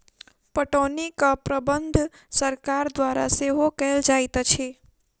पटौनीक प्रबंध सरकार द्वारा सेहो कयल जाइत अछि